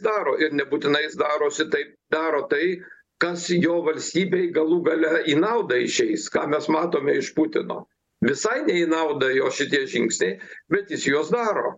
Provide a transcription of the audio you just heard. daro ir nebūtinai jis darosi tai daro tai kas jo valstybei galų gale į naudą išeis ką mes matome iš putino visai ne į naudą jo šitie žingsniai bet jis juos daro